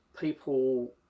People